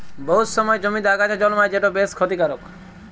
বহুত সময় জমিতে আগাছা জল্মায় যেট বেশ খ্যতিকারক